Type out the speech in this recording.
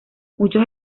muchos